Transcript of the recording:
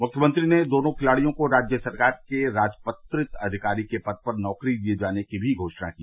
मुख्यमंत्री ने दोनों खिलाड़ियों को राज्य सरकार के राजपत्रित अविकारी के पद पर नौकरी दिये जाने की भी घोषणा की